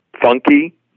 Funky